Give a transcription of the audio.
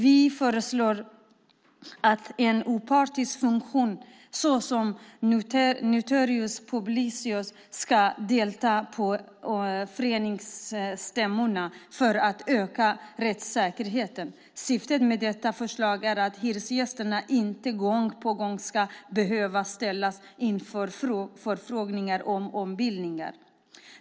Vi föreslår att en opartisk funktion såsom notarius publicus ska delta på föreningsstämmorna för att öka rättssäkerheten. Syftet med detta förslag är att hyresgästerna inte gång på gång ska behöva ställas inför förfrågningar om ombildningar.